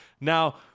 now